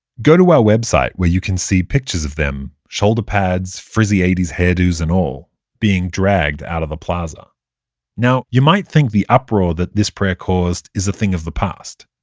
go to our website where you can see pictures of them shoulder pads, frizzy eighty s hairdos and all being dragged out of the plaza now, you might think the uproar that this prayer caused is a thing of the past.